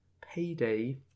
payday